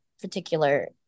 particular